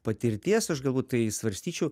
patirties aš galbūt tai svarstyčiau